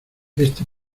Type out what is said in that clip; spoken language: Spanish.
este